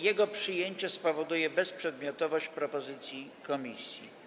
Jego przyjęcie spowoduje bezprzedmiotowość propozycji komisji.